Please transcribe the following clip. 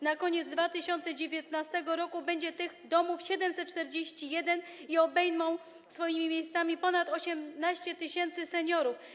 Na koniec 2019 r. będzie tych domów 741 i obejmą one opieką ponad 18 tys. seniorów.